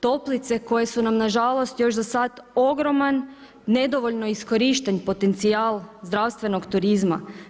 Toplice koje su nam na žalost još za sad ogroman, nedovoljno iskorišten potencijal zdravstvenog turizma.